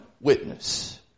witness